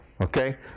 Okay